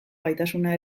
gaitasuna